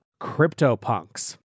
CryptoPunks